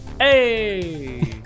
Hey